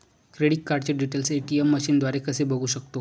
Credit कार्डचे details ATM मशीनद्वारे कसे बघू शकतो?